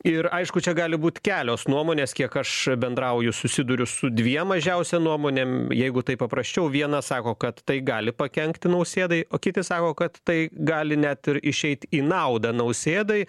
ir aišku čia gali būt kelios nuomonės kiek aš bendrauju susiduriu su dviem mažiausia nuomonėm jeigu taip paprasčiau viena sako kad tai gali pakenkti nausėdai o kiti sako kad tai gali net ir išeit į naudą nausėdai